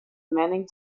manning